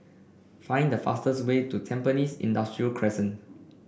find the fastest way to Tampines Industrial Crescent